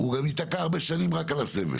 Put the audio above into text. הוא גם ייתקע הרבה שנים רק על הסבל.